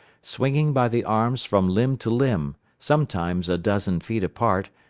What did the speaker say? swinging by the arms from limb to limb, sometimes a dozen feet apart,